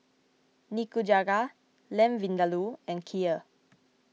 Nikujaga Lamb Vindaloo and Kheer